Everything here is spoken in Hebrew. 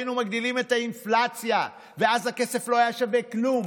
היינו מגדילים את האינפלציה ואז הכסף לא היה שווה כלום,